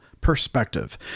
perspective